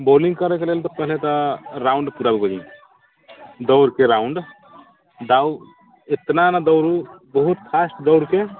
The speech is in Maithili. बॉलिंग करैके लेल तऽ पहिले तऽ राउंड पूरा होइ दौड़के राउंड दौ इतना न दौड़ू बहुत फास्ट दौड़के